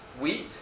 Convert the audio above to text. wheat